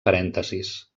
parèntesis